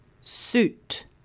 suit